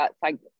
thank